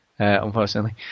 unfortunately